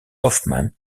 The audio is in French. hoffmann